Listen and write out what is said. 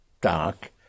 dark